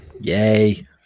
Yay